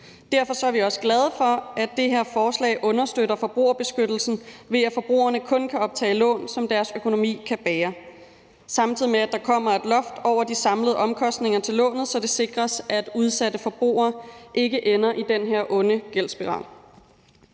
Derfor er vi også glade for, at det her lovforslag understøtter forbrugerbeskyttelsen, ved at forbrugerne kun kan optage lån, som deres økonomi kan bære, samtidig med at der kommer et loft over de samlede omkostninger til lånet, så det sikres, at udsatte forbrugere ikke ender i den her onde gældsspiral.